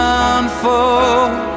unfold